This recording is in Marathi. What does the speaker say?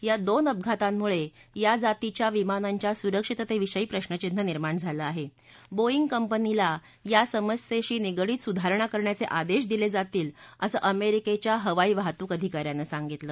या दोन अपघातांमुळखि जातीच्या विमानांच्या सुरक्षिततक्रियी प्रश्नचिन्ह निर्माण झालं आह शिईग कंपनीला या समस्याती निगडित सुधारणा करण्याच आदघादिलज्ञातील असं अमरिकेच्या हवाई वाहतूक अधिका यानं सांगितलं